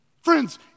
Friends